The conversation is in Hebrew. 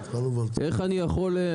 איך אני יכול?